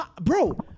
Bro